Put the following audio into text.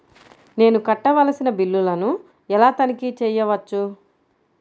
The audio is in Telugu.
నేను కట్టవలసిన బిల్లులను ఎలా తనిఖీ చెయ్యవచ్చు?